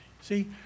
See